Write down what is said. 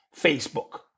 Facebook